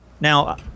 Now